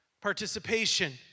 Participation